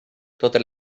totes